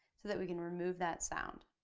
so that we can remove that sound.